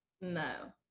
no